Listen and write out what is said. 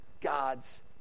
God's